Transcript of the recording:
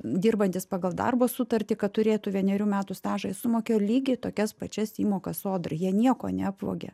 dirbantys pagal darbo sutartį kad turėtų vienerių metų stažą jis sumokėjo lygiai tokias pačias įmokas sodrai jie nieko neapvogė